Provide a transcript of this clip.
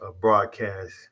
Broadcast